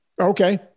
Okay